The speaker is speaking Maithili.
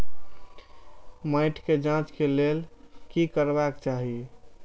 मैट के जांच के लेल कि करबाक चाही?